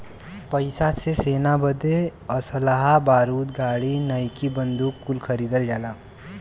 पइसा से सेना बदे असलहा बारूद गाड़ी नईकी बंदूक कुल खरीदल जाला